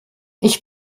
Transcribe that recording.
ich